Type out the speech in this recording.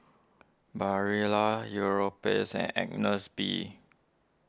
Barilla Europace and Agnes B